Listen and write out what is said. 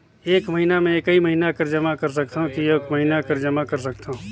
एक महीना मे एकई महीना कर जमा कर सकथव कि अउ महीना कर जमा कर सकथव?